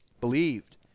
believed